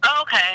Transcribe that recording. Okay